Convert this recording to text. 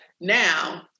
now